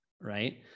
Right